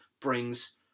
brings